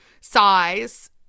size